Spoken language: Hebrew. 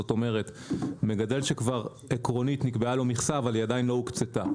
זאת אומרת מגדל שכבר עקרונית נקבעה לו מכסה אבל היא עדיין לא הוקצתה.